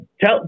tell